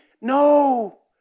No